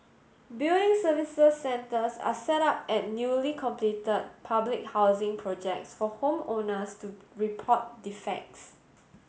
building services centres are set up at newly completed public housing projects for home owners to report defects